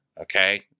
Okay